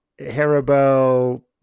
Haribo